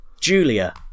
Julia